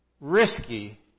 risky